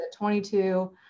22